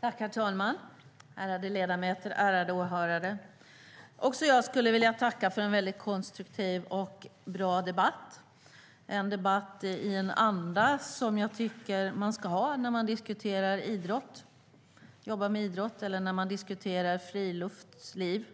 Herr talman! Ärade ledamöter och åhörare! Också jag skulle vilja tacka för en konstruktiv och bra debatt, en debatt i en anda som jag tycker att man ska ha när man diskuterar och jobbar med idrott och friluftsliv.